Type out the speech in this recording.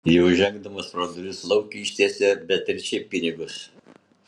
jau žengdamas pro duris lauk ištiesė beatričei pinigus